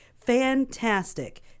fantastic